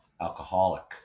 alcoholic